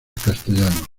castellano